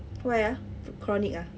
why ah chronic ah